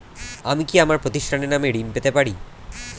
আমি কি আমার প্রতিষ্ঠানের নামে ঋণ পেতে পারি?